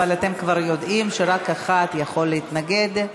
אבל אתם כבר יודעים שרק אחד יכול להתנגד.